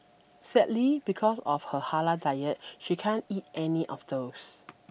sadly because of her halal diet she can't eat any of those